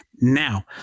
now